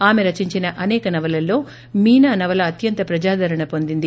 ఆమె రచించిన అసేక నవలల్లో మీనానవల అత్యంత ప్రజాదరణ పొందింది